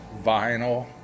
vinyl